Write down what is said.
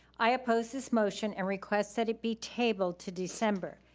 i oppose this motion and request that it be tabled to december,